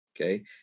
Okay